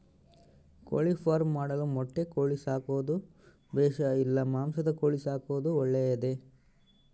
ಕೋಳಿಫಾರ್ಮ್ ಮಾಡಲು ಮೊಟ್ಟೆ ಕೋಳಿ ಸಾಕೋದು ಬೇಷಾ ಇಲ್ಲ ಮಾಂಸದ ಕೋಳಿ ಸಾಕೋದು ಒಳ್ಳೆಯದೇ?